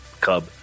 Cub